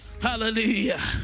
Hallelujah